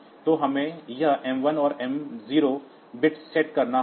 तो हमें यह m 1 और m 0 बिट सेट करना होगा